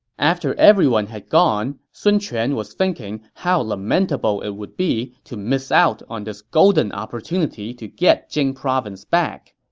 after everyone had gone, sun quan was thinking how lamentable it would be to miss out on this golden opportunity to get jing province back.